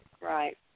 Right